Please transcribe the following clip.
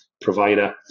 provider